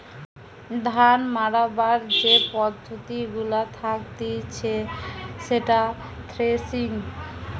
ধান মাড়াবার যে পদ্ধতি গুলা থাকতিছে সেটা থ্রেসিং